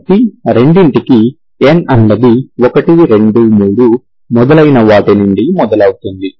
కాబట్టి రెండింటికీ n అనునది 1 2 3 మొదలైన వాటి నుండి మొదలవుతుంది